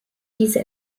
diese